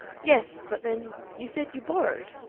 yes, but then you said you borrowed?